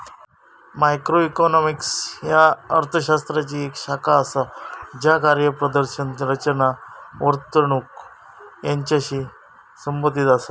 macroeconomics ह्या अर्थ शास्त्राची येक शाखा असा ज्या कार्यप्रदर्शन, रचना, वर्तणूक यांचाशी संबंधित असा